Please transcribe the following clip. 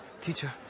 Teacher